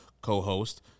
co-host